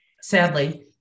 Sadly